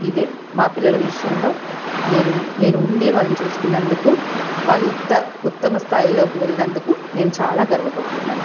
ఇదే మా పిల్లల విష్యంలో నేను నేను ఉండి వాళ్ళను చేసుకున్నందుకు వాళ్ళు ఇంత ఉత్తమ స్థాయిలోకి వెళ్లినందుకు నేను చాల గర్వపడుతున్నాను